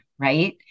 right